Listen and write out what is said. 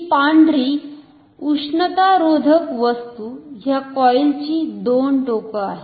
ही पांढरी उष्णतारोधक वस्तु या कॉईल ची दोन टोकं आहेत